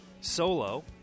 Solo